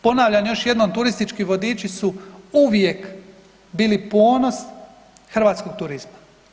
Ponavljam još jednom, turistički vodiči su uvijek bili ponos hrvatskog turizma.